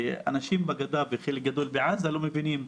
כי אנשים בגדה וחלק גדול מהאנשים בעזה לא מבינים.